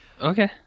Okay